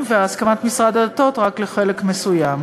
והסכמת משרד הדתות רק לחלק מסוים.